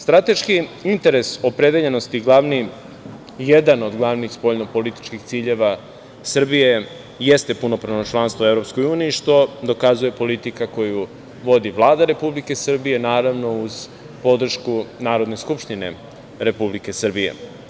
Strateški interes opredeljenosti, jedan od glavnih spoljnopolitičkih ciljeva Srbije, jeste punopravno članstvo u Evropskoj uniji, što dokazuje politika koju vodi Vlada Republike Srbije, naravno, uz podršku Narodne skupštine Republike Srbije.